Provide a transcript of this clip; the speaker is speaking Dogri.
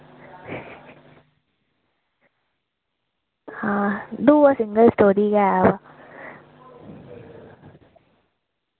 आं दूआ सिंगल स्टोरी गै